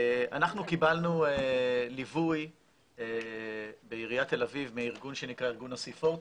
אנחנו קיבלנו ליווי בעיריית תל אביב מארגון שנקרא ארגון ה-C40,